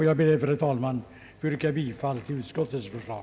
Jag ber därför, herr talman, att få yrka bifall till utskottets förslag.